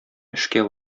эшкә